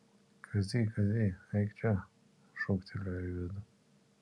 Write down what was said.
kazy kazy eik čia šūktelėjo į vidų